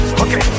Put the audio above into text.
okay